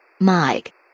Mike